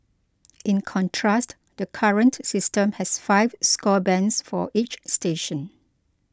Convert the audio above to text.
in contrast the current system has five score bands for each station